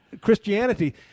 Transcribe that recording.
Christianity